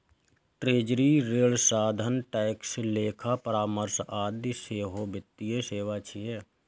treasury, ऋण साधन, tax, लेखा परामर्श आदि सेहो वित्तीय सेवा छियै